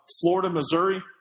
Florida-Missouri